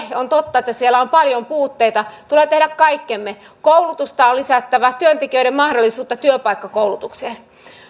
on totta että siellä on paljon puutteita meidän tulee tehdä kaikkemme koulutusta on lisättävä työntekijöiden mahdollisuutta työpaikkakoulutukseen